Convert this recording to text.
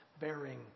bearing